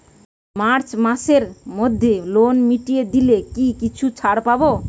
March মাসের মধ্যে loan মিটিয়ে দিলে কি কিছু ছাড় পাব?